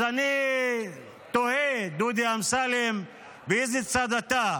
אז אני תוהה, דודי אמסלם, באיזה צד אתה?